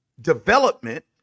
development